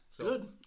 Good